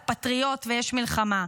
אתה פטריוט ויש מלחמה,